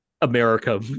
America